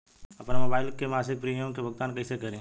आपन मोबाइल से मसिक प्रिमियम के भुगतान कइसे करि?